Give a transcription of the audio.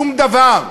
שום דבר.